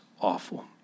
awful